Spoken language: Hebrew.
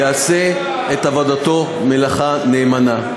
שיעשה את עבודתו נאמנה.